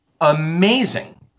amazing